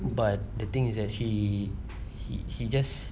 but the thing is that she she just